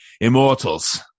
immortals